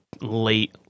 late